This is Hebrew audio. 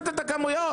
לעשות אותי האיש הרע?